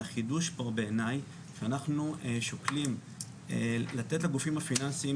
והחידוש פה בעיניי - אנחנו שוקלים לתת לגופים הפיננסים